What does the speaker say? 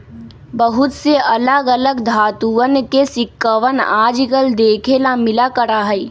बहुत से अलग अलग धातुंअन के सिक्कवन आजकल देखे ला मिला करा हई